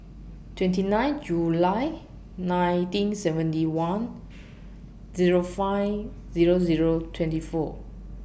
twenty nine July nineteen seventy one Zero five Zero Zero twenty four